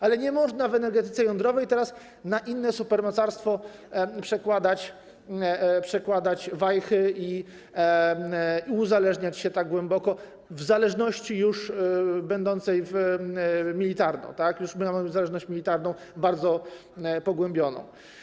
Ale nie można w energetyce jądrowej teraz na inne supermocarstwo przekładać wajchy i uzależniać się tak głęboko w zależności już będącej militarną, już mamy zależność militarną bardzo pogłębioną.